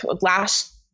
last